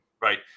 Right